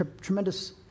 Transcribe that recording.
tremendous